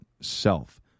Self